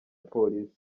polisi